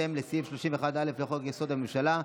בהתאם לסעיף 31(א) לחוק-יסוד: הממשלה,